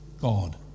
God